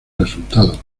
resultado